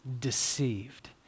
deceived